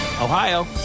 Ohio